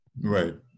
Right